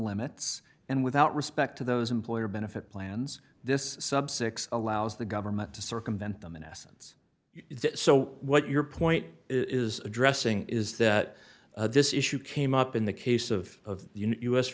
limits and without respect to those employer benefit plans this sub six allows the government to circumvent them in essence so what your point is addressing is that this issue came up in the case of